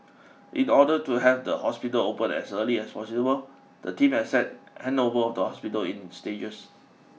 in order to have the hospital opened as early as possible the team accepted handover of the hospital in stages